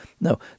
No